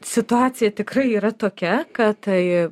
situacija tikrai yra tokia kad tai